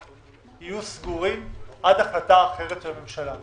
יהיו סגורים עד החלטה אחרת של הממשלה.